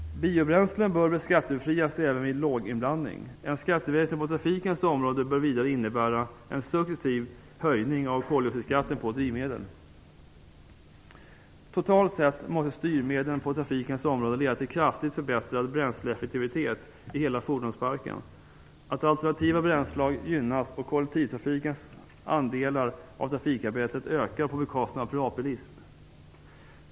Biobränslen bör skattebefrias även vid låginblandning. En skatteväxling på trafikens område bör vidare innebära en successiv höjning av koldioxidskatten på drivmedel. Totalt sett måste styrmedlen på trafikens område leda till kraftigt förbättrad bränsleeffektivitet i hela fordonsparken, att alternativa bränsleslag gynnas och kollektivtrafikens andelar av trafikarbetet ökar på bekostnad av privatbilism.